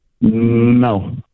No